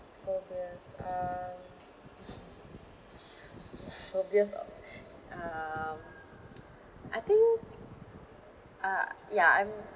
phobias um phobias of um I think uh ya I'm